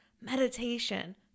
meditation